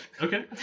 Okay